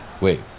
Wait